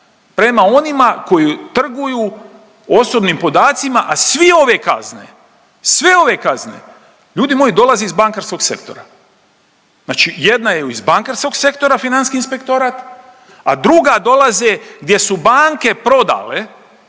Prema onima koji trguju osobnim podacima, a svi ove kazne, sve ove kazne, ljudi moji, dolaze iz bankarskog sektora. Znači jedna je iz bankarskog sektora financijski inspektorat, a druga dolaze gdje su banke prodale,